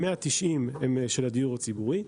190 הם של הדיור הציבורי.